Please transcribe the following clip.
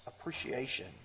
appreciation